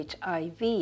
HIV